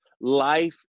Life